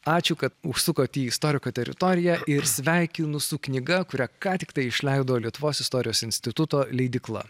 ačiū kad užsukat į istoriką teritoriją ir sveikinu su knyga kurią ką tiktai išleido lietuvos istorijos instituto leidykla